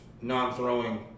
non-throwing